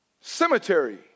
cemetery